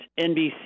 NBC